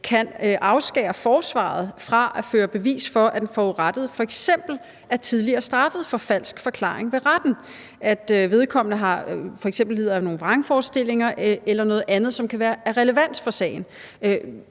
kan afskære forsvaret fra at føre bevis for, at den forurettede f.eks. er tidligere straffet for falsk forklaring ved retten, eller at vedkommende f.eks. lider af nogle vrangforestillinger eller noget andet, som kan være af relevans for sagen.